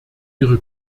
ihre